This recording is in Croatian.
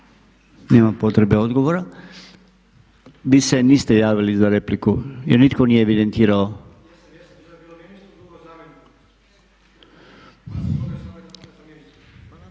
Nema potrebe odgovora. Vi se niste javili za repliku, jer nitko nije evidentirao.